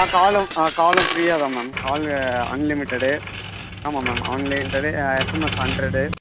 ஆ காலும் ஆ காலும் ஃப்ரீயாக தான் மேம் காலு அன்லிமிட்டடு ஆமாம் மேம் அவங்களே எஸ்எம்எஸ் ஹண்ட்ரடு